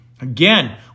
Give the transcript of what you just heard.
Again